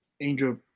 Angel